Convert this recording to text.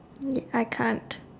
um I can't